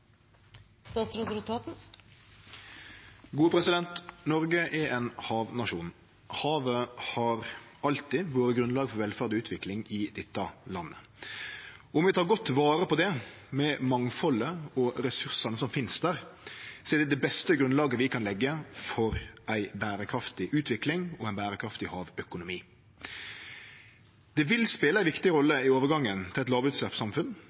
andre ord. Noreg er ein havnasjon. Havet har alltid vore grunnlag for velferd og utvikling i dette landet. Om vi tek godt vare på det, med mangfaldet og resursane som finst der, er det det beste grunnlaget vi kan leggje for ei berekraftig utvikling og ein berekraftig havøkonomi. Det vil spele ei viktig rolle i overgangen til eit